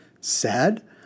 Sad